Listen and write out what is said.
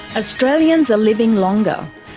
ah australians are living longer.